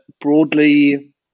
broadly